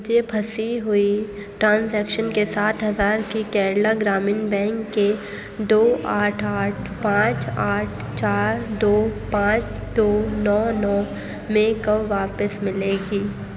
مجھے پھنسی ہوئی ٹرانزیکشن کے سات ہزار کی کیرلا گرامین بینک کے دو آٹھ آٹھ پانچ آٹھ چار دو پانچ دو نو نو میں کب واپس ملے گی